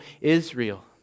Israel